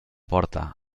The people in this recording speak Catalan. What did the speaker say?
porta